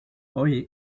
hoy